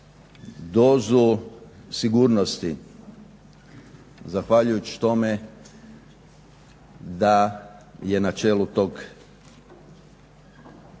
dozu sigurnosti zahvaljujući tome da je na čelu tog vrlo